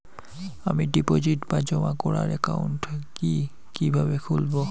আমি ডিপোজিট বা জমা করার একাউন্ট কি কিভাবে খুলবো?